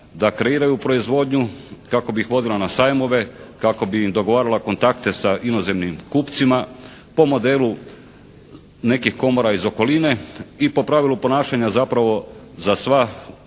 da kreiraju proizvodnju kako bi ih vodila na sajmove, kako bi im dogovarala kontakte sa inozemnim kupcima po modelu nekih komora iz okoline i po pravilu ponašanja zapravo za sva